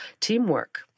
teamwork